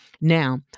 Now